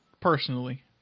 personally